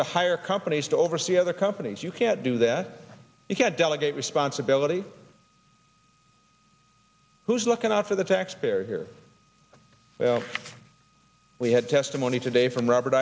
to hire companies to oversee other companies you can't do that you can't delegate responsibility who's looking out for the taxpayer here we had testimony today from robert